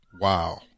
Wow